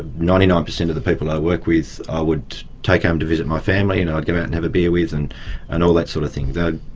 ninety nine percent of the people i work with, i would take home to visit my family and i'd go out and have a beer with, and and all that sort of thing. of